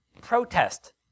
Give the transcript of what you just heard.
protest